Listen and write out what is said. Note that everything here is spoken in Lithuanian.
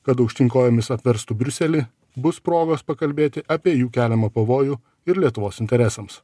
kad aukštyn kojomis apverstų briuselį bus progos pakalbėti apie jų keliamą pavojų ir lietuvos interesams